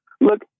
Look